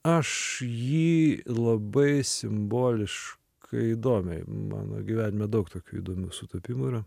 aš jį labai simboliškai įdomiai mano gyvenime daug tokių įdomių sutapimų yra